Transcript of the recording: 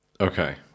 Okay